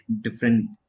different